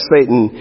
Satan